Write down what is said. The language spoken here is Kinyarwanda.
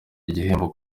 igihembo